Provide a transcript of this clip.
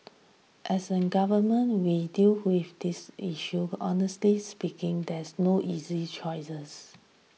as a government we deal with this issue honestly speaking this no easy choices